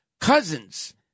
Cousins